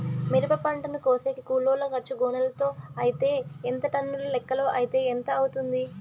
మిరప పంటను కోసేకి కూలోల్ల ఖర్చు గోనెలతో అయితే ఎంత టన్నుల లెక్కలో అయితే ఎంత అవుతుంది?